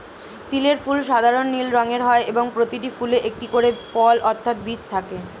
তিলের ফুল সাধারণ নীল রঙের হয় এবং প্রতিটি ফুলে একটি করে ফল অর্থাৎ বীজ থাকে